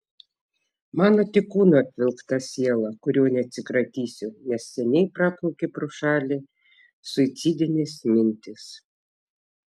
mano tik kūnu apvilkta siela kurio neatsikratysiu nes seniai praplaukė pro šalį suicidinės mintys